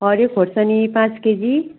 हरियो खोर्सानी पाँच केजी